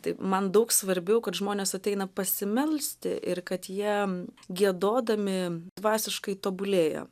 tai man daug svarbiau kad žmonės ateina pasimelsti ir kad jie giedodami dvasiškai tobulėja